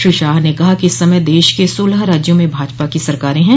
श्री शाह ने कहा कि इस समय देश के सोलह राज्यों में भाजपा की सरकारें हैं